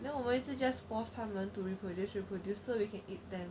then 我们一直 just forced 他们 to reproduce reproduce so we can eat them